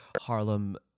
harlem